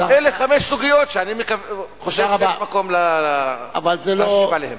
אלה חמש סוגיות שאני חושב שיש מקום להשיב עליהן.